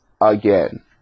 again